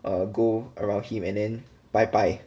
uh go around him and then 拜拜